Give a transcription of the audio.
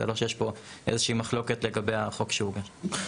וזה לא שיש פה מחלוקת לגבי החוק שהוגש.